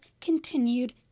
continued